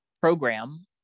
program